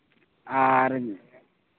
ᱟᱨ